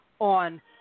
on